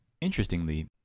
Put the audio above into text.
Interestingly